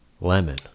lemon